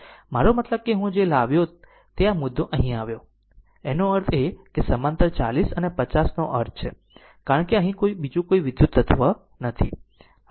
મારો મતલબ કે હું જે લાવ્યો તે આ મુદ્દો અહીં આવ્યો તેનો અર્થ એ કે સમાંતર 40 અને 50 નો અર્થ છે કારણ કે અહીં બીજું કોઈ વિદ્યુત તત્વ નથી